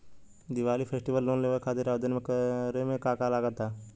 Diwali festival loan लेवे खातिर आवेदन करे म का का लगा तऽ?